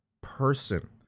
person